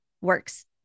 works